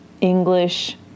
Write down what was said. English